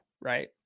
right